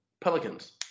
Pelicans